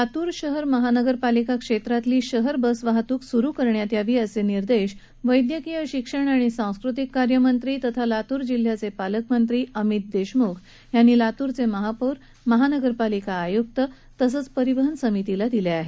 लातूर शहर महापालिका क्षेत्रातली शहर बस वाहतूक सुरू करण्यात यावी असे निर्देश वैद्यकीय शिक्षण आणि सांस्कृतिक कार्य मंत्री तथा लातूर जिल्ह्याचे पालकमंत्री अभित देशमुख यांनी लातूरचे महापोर महापालिका आयुक्त तसंच परिवहन समितीला दिले आहेत